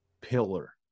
pillar